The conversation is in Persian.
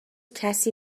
کسی